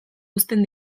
uzten